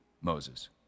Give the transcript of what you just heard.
Moses